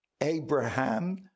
Abraham